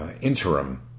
interim